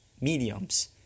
mediums